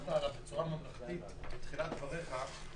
שרמזת עליו בצורה ממלכתית בתחילת דבריך.